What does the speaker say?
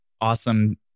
Awesome